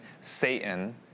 Satan